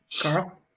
Carl